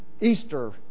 Easter